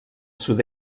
sud